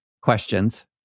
questions